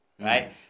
right